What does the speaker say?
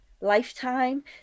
lifetime